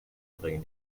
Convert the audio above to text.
bringen